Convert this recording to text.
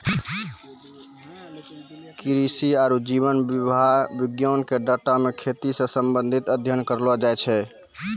कृषि आरु जीव विज्ञान के डाटा मे खेती से संबंधित अध्ययन करलो जाय छै